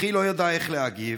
אחי לא ידע איך להגיב,